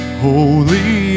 holy